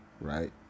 right